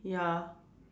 ya